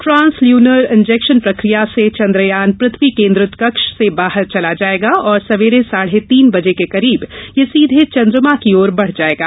trans lunar injection प्रक्रिया से चन्द्रयान पृथ्वी केन्द्रित कक्ष से बाहर चला जायेगा और सवेरे साढे तीन बजे के करीब यह सीधे चन्द्रमा की ओर बढ़ जायेगा